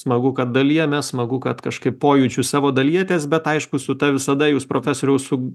smagu kad dalijamės smagu kad kažkaip pojūčiu savo dalijatės bet aišku su ta visada jūs profesoriau su